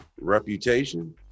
reputation